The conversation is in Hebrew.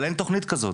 אבל אין תכנית כזאת.